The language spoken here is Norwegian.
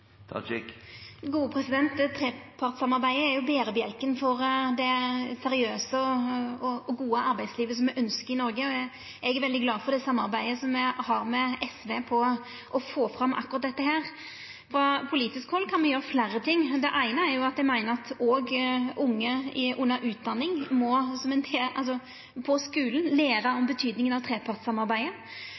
Trepartssamarbeidet er berebjelken for det seriøse og gode arbeidslivet som me ynskjer i Noreg, og eg er veldig glad for det samarbeidet me har med SV for å få fram akkurat dette. På politisk hald kan me gjera fleire ting. Det eine meiner eg er at òg unge under utdanning må læra om trepartssamarbeidet på skulen. Eg meiner òg at korleis me som politikarar gjennomfører politiske endringar, har noko å seia for om unge menneske som veks opp, har respekt for trepartssamarbeidet